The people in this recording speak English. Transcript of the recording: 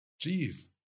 Jeez